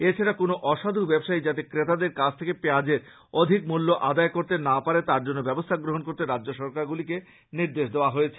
এছাড়া কোনো অসাধ ব্যবসায়ী যাতে ক্রেতাদের কাছ থেকে পেঁয়াজের অধিক মূল্য আদায় করতে না পারে তারজন্য ব্যবস্থা গ্রহণ করতে রাজ্য সরকারগুলোকে নির্দেশ দেওয়া হয়েছে